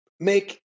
Make